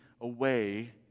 away